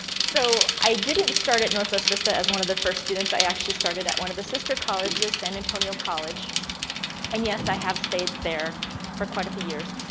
so i didn't start at northwest vista as one of the first students. i actually started at one of the sister colleges, san antonio college and yes i have a stayed there for quite a few years.